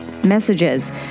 messages